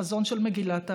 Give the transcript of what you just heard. החזון של מגילת העצמאות.